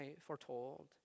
foretold